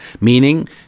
meaning